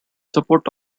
support